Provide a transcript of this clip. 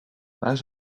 waar